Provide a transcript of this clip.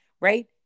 right